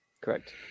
Correct